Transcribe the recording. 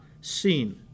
seen